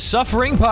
Suffering